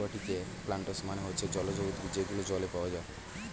একুয়াটিকে প্লান্টস মানে হচ্ছে জলজ উদ্ভিদ যেগুলো জলে পাওয়া যায়